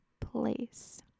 place